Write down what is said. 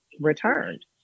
returned